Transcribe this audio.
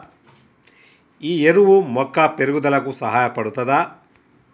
ఈ ఎరువు మొక్క పెరుగుదలకు సహాయపడుతదా?